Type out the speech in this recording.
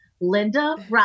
Linda